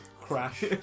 crash